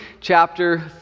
chapter